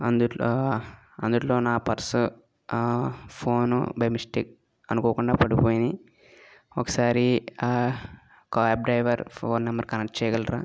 అందులో అందులో నా పర్సు ఆ ఫోను బై మిస్టేక్ అనుకోకుండా పడిపోయాయి ఒకసారి ఆ cab driver phone number connect చెయ్యగలరా